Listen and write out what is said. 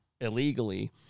illegally